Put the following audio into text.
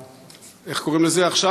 איך קוראים לזה עכשיו,